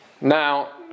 Now